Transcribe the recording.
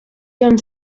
john